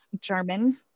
german